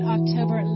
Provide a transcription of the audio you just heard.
October